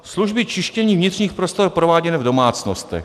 Služby čištění vnitřních prostor prováděné v domácnostech.